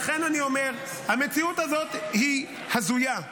לכן אני אומר, המציאות הזאת היא הזויה.